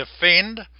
defend